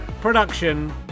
production